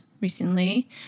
recently